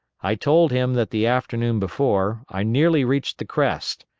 i told him that the afternoon before, i nearly reached the crest.